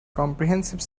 comprehensive